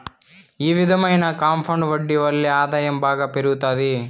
ఈ విధమైన కాంపౌండ్ వడ్డీ వల్లే ఆదాయం బాగా పెరుగుతాది